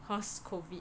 cause COVID